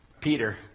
Peter